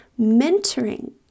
mentoring